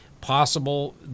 possible